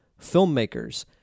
filmmakers